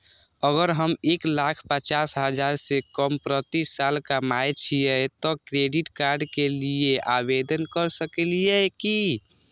अगर हम एक लाख पचास हजार से कम प्रति साल कमाय छियै त क्रेडिट कार्ड के लिये आवेदन कर सकलियै की?